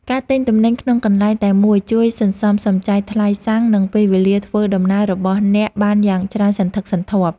ការទិញទំនិញក្នុងកន្លែងតែមួយជួយសន្សំសំចៃថ្លៃសាំងនិងពេលវេលាធ្វើដំណើររបស់អ្នកបានយ៉ាងច្រើនសន្ធឹកសន្ធាប់។